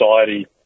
society